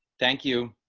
thank you.